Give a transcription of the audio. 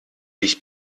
dich